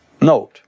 Note